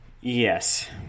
Yes